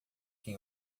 quem